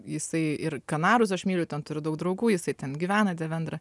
jisai ir kanarus aš myliu ten turiu daug draugų jisai ten gyvena devendra